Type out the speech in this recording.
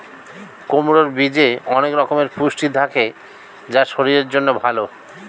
কুমড়োর বীজে অনেক রকমের পুষ্টি থাকে যা শরীরের জন্য ভালো